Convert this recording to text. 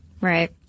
Right